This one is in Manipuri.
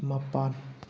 ꯃꯄꯥꯟ